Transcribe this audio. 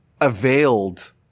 availed